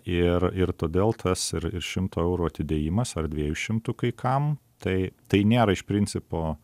ir ir todėl tas ir ir šimto eurų atidėjimas ar dviejų šimtų kai kam tai tai nėra iš principo